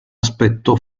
aspetto